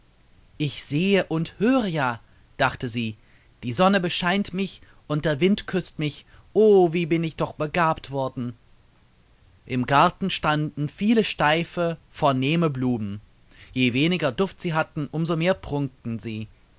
ich sehe und höre ja dachte sie die sonne bescheint mich und der wind küßt mich o wie bin ich doch begabt worden im garten standen viele steife vornehme blumen je weniger duft sie hatten um so mehr prunkten sie